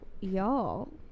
y'all